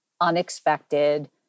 unexpected